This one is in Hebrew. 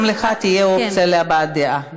גם לך תהיה אופציה להבעת דעה.